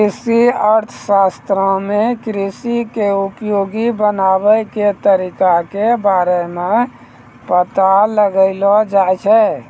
कृषि अर्थशास्त्रो मे कृषि के उपयोगी बनाबै के तरिका के बारे मे पता लगैलो जाय छै